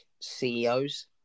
CEOs